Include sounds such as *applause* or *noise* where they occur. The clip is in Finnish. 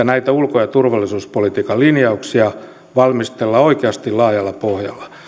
*unintelligible* näitä ulko ja turvallisuuspolitiikan linjauksia valmistellaan oikeasti laajalla pohjalla